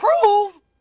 prove